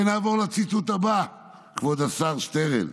ונעבור לציטוט הבא, כבוד השר שטרן.